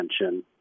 attention